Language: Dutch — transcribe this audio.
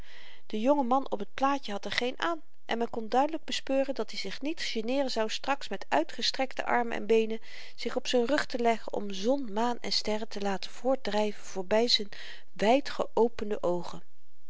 de jonge man op t plaatje had er geen aan en men kon duidelyk bespeuren dat-i zich niet geneeren zou straks met uitgestrekte armen en beenen zich op z'n rug te leggen om zon maan en sterren te laten voortdryven voorby z'n wydgeopende oogen